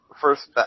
First